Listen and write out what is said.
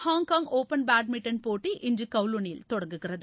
Hong Kong open badminton போட்டி இன்று கவுலூனில் தொடங்குகிறது